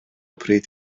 pryd